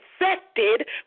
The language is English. infected